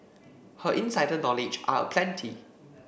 her insider knowledge are aplenty